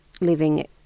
living